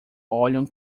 olham